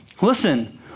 Listen